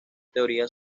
teorías